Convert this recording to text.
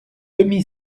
demi